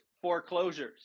foreclosures